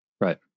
Right